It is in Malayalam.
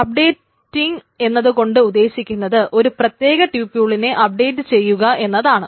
അപ്ഡേറ്റിംഗ് എന്നതുകൊണ്ട് ഉദ്ദേശിക്കുന്നത് ഒരു പ്രത്യേക ട്യൂപ്യൂളിനെ അപ്ഡേറ്റ് ചെയ്യുക എന്നതാണ്